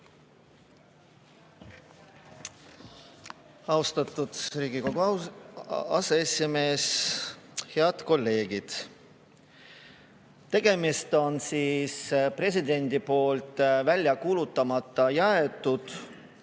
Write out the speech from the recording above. Austatud Riigikogu aseesimees! Head kolleegid! Tegemist on presidendi poolt välja kuulutamata jäetud